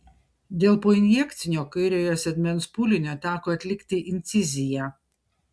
dėl poinjekcinio kairiojo sėdmens pūlinio teko atlikti inciziją